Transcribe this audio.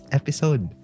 episode